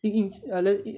it it I let it uh